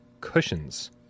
cushions